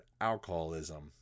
alcoholism